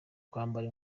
kwambara